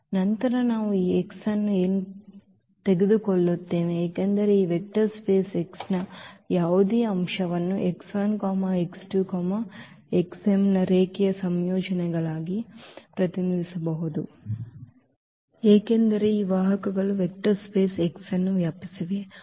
ನಂತರ ನಾವು ಈ x ಅನ್ನು ತೆಗೆದುಕೊಳ್ಳುತ್ತೇವೆ ಏಕೆಂದರೆ ಈ ವೆಕ್ಟರ್ ಸ್ಪೇಸ್ x ನ ಯಾವುದೇ ಅಂಶವನ್ನು ನ ರೇಖೀಯ ಸಂಯೋಜನೆಗಳಾಗಿ ಪ್ರತಿನಿಧಿಸಬಹುದು ಏಕೆಂದರೆ ಈ ವಾಹಕಗಳು ವೆಕ್ಟರ್ ಸ್ಪೇಸ್ ಅನ್ನು ವ್ಯಾಪಿಸಿವೆ X